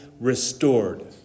restored